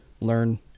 Learn